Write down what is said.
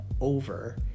over